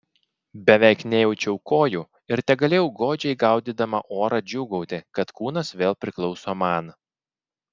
beveik nejaučiau kojų ir tegalėjau godžiai gaudydama orą džiūgauti kad kūnas vėl priklauso man